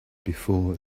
before